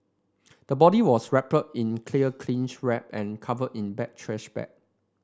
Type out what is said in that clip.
the body was wrapped in clear cling wrap and covered in black trash bag